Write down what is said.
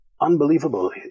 unbelievable